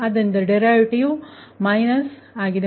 ಆದ್ದರಿಂದ derivative minus ಆಗಿದೆ ಮತ್ತು ಅದು 3 ಆಗಿದೆ